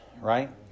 right